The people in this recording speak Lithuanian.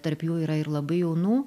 tarp jų yra ir labai jaunų